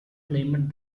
claimed